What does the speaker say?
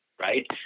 right